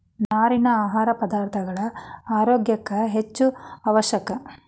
ನಾರಿನ ಆಹಾರ ಪದಾರ್ಥಗಳ ಆರೋಗ್ಯ ಕ್ಕ ಹೆಚ್ಚು ಅವಶ್ಯಕ